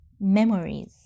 memories